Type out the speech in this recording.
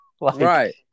Right